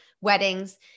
weddings